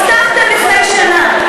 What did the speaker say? הבטחתם לפני שנה.